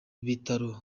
bitaro